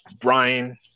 Brian